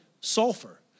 sulfur